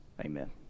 Amen